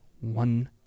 one